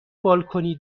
بالکنی